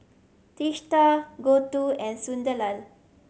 Teesta Gouthu and Sunderlal